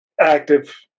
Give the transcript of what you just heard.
active